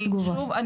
שוב,